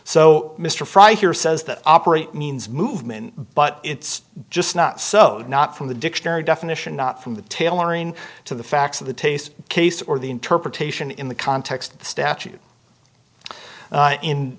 so mr fry here says that operate means movement but it's just not so not from the dictionary definition not from the tailoring to the facts of the taste case or the interpretation in the context of the statute in